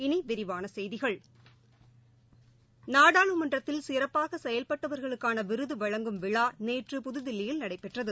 இனி விரிவான செய்திகள் நாடாளுமன்றத்தில் சிறப்பாக செயல்பட்டவர்களுக்கான விருது வழங்கும் விழா நேற்று புதுதில்லியில் நடைபெற்றது